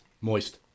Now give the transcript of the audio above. moist